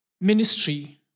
ministry